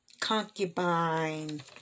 concubine